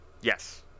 Yes